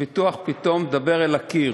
הביטוח פתאום: דבר אל הקיר.